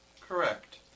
Correct